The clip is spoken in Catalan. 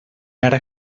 ara